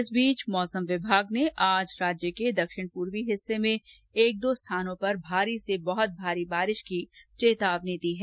इस बीच मौसम विभाग ने आज राज्य के दक्षिण पूर्वी हिस्से में एक दो स्थानों पर भारी से बहुत भारी बारिश की चेतावनी दी है